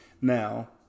Now